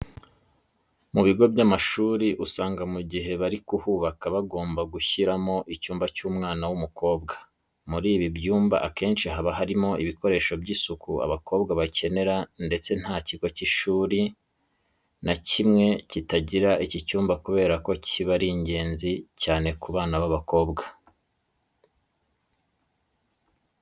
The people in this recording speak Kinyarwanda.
Mu bigo by'amashuri usanga mu gihe bari kuhubaka bagomba gushyiramo n'icyumba cy'umwana w'umukobwa. Muri ibi byumba akenshi haba harimo ibikoresho by'isuku abakobwa bakenera ndetse nta kigo cy'ishuri nta kimwe kitagira iki cyumba kubera ko kiba ari ingenzi cyane ku bana b'abakobwa.